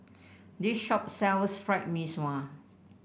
this shop sells Fried Mee Sua